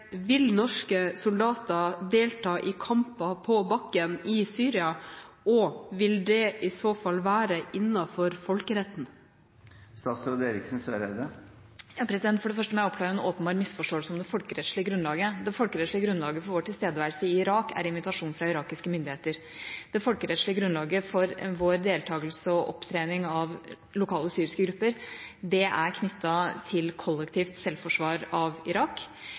Vil norske soldater delta i kamper på bakken i Syria, og vil det i så fall være innenfor folkeretten? For det første må jeg oppklare en åpenbar misforståelse om det folkerettslige grunnlaget. Det folkerettslige grunnlaget for vår tilstedeværelse i Irak er invitasjon fra irakiske myndigheter. Det folkerettslige grunnlaget for vår deltakelse og opptrening av lokale syriske grupper er knyttet til kollektivt selvforsvar av Irak,